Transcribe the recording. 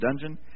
dungeon